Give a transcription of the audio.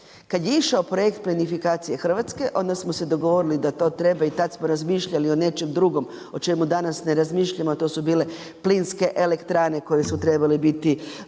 Kad je išao projekt plinifikacije Hrvatske onda smo se dogovorili da to treba i tad smo razmišljali o nečem drugom o čemu danas ne razmišljamo, a to su bile plinske elektrane koje su trebale biti